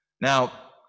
Now